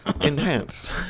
Enhance